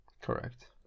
Correct